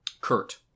Kurt